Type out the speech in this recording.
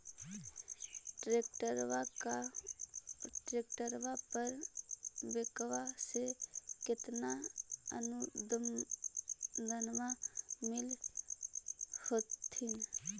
ट्रैक्टरबा पर बैंकबा से कितना अनुदन्मा मिल होत्थिन?